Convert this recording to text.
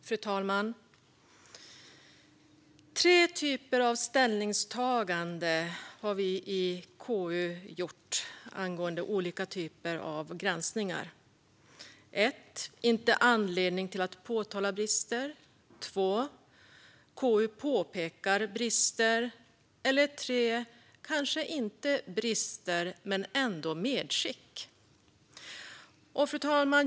Fru talman! Tre typer av ställningstaganden har vi i KU gjort i olika typer av granskningar: Inte anledning att påtala brister. KU påpekar brister. Kanske inte brister men ändå medskick. Fru talman!